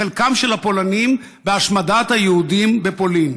לחלקם של הפולנים בהשמדת היהודים בפולין.